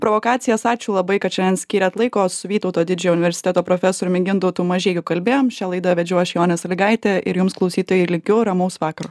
provokacijas ačiū labai kad šiandien skyrėt laiko su vytauto didžiojo universiteto profesoriumi gintautu mažeikiu kalbėjom šią laidą vedžiau aš jonė sąlygaitė ir jums klausytojai linkiu ramaus vakaro